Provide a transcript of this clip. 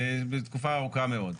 תקופה ארוכה מאוד.